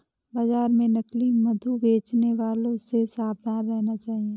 बाजार में नकली मधु बेचने वालों से सावधान रहना चाहिए